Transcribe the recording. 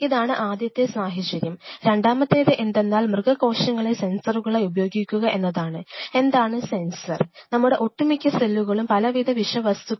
ഇതാണ് ആദ്യത്തെ സാഹചര്യം രണ്ടാമത്തേത് എന്തെന്നാൽ മൃഗ കോശങ്ങളെ സെൻസറുകളായി ഉപയോഗിക്കുക എന്നതാണ് എന്താണ് സെൻസർ നമ്മുടെ ഒട്ടുമിക്ക സെല്ലുകളും പലവിധ വിഷവസ്തുക്കളോടും സെൻസിറ്റീവാണ്